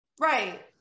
Right